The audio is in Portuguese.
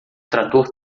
trator